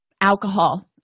alcohol